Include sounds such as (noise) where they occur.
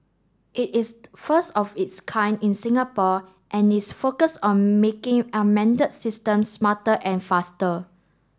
it is the first of its kind in Singapore and is focused on making (unintelligible) systems smarter and faster